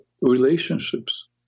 relationships